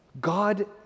God